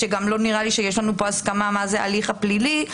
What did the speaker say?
כשלא נראה לי שיש לנו הסכמה מה זה "ההליך הפלילי",